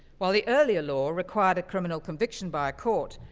while the earlier law required a criminal conviction by a court,